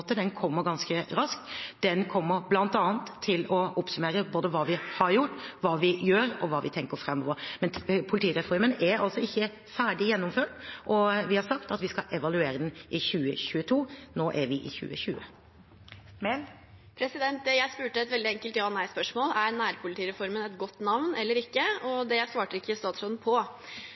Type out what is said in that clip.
Den kommer ganske raskt. Den kommer bl.a. til å oppsummere både hva vi har gjort, hva vi gjør, og hva vi tenker framover. Men politireformen er altså ikke ferdig gjennomført. Vi har sagt at vi skal evaluere den i 2022. Nå er vi i 2020. Jeg stilte et veldig enkelt ja/nei-spørsmål: Er nærpolitireformen et godt navn eller ikke? Det svarte ikke statsråden på.